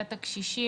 הקשישים.